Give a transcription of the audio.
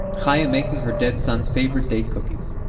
chaya making her dead son's favorite date cookies,